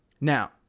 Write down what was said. Now